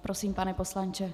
Prosím, pane poslanče.